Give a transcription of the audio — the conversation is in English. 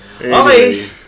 Okay